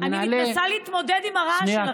אני מנסה להתמודד עם הרעש שלכם.